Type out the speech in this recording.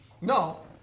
No